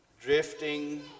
Drifting